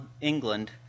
England